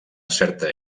certa